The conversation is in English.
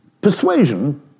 persuasion